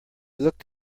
looked